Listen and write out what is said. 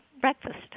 breakfast